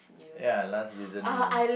ya last prison meal